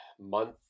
month